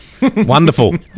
Wonderful